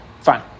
Fine